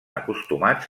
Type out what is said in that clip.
acostumats